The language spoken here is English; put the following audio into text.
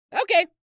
Okay